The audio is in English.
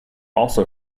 also